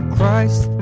Christ